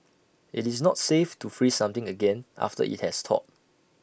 IT is not safe to freeze something again after IT has thawed